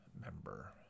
member